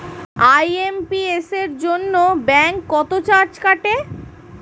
IMPS এর জন্য bank কত চার্জ কাটে?